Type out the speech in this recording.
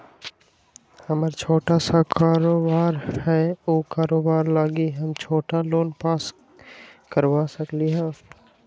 हमर छोटा सा कारोबार है उ कारोबार लागी हम छोटा लोन पास करवा सकली ह?